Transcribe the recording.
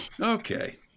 Okay